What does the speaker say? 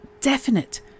definite